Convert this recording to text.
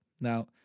Now